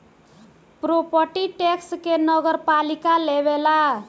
property tax के नगरपालिका लेवेला